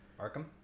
Arkham